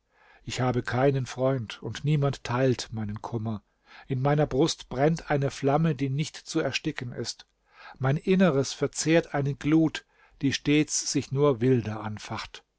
ich habe keinen freund und niemand teilt meinen kummer in meiner brust brennt eine flamme die nicht zu ersticken ist mein inneres verzehrt eine glut die stets sich nur wilder anfacht